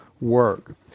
work